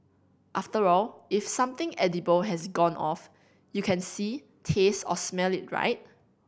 after all if something edible has gone off you can see taste or smell it right